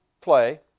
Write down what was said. play